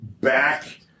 back